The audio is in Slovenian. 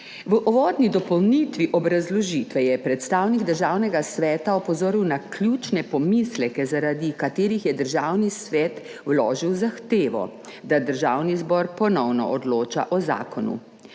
V uvodni dopolnitvi obrazložitve je predstavnik Državnega sveta opozoril na ključne pomisleke, zaradi katerih je Državni svet vložil zahtevo, da Državni zbor ponovno odloča o zakonu,